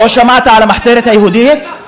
לא שמעת על המחתרת היהודית?